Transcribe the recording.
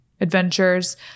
adventures